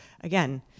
again